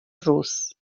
rus